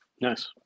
Nice